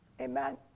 Amen